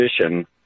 position